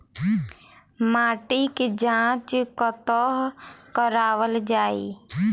माटिक जाँच कतह कराओल जाए?